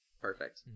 Perfect